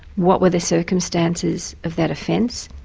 what were the circumstances of that offence?